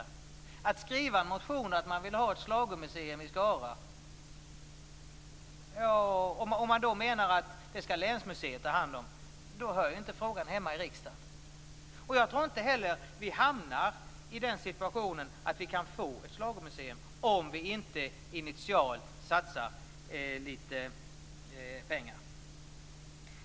Om man skriver en motion om att man vill ha ett schlagermuseum i Skara men att länsmuseet bör ta hand om det, då hör frågan inte hemma i riksdagen. Jag tror inte att vi kan få ett schlagermuseum om vi inte initialt satsar litet pengar.